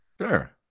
Sure